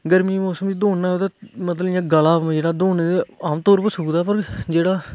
गर्मियें दे मौसम च दौड़नांहोऐ ते मतलब इ'यां गला जेह्ड़ा दौड़ने पर ते आमतौर पर सुकदा पर जेह्ड़ा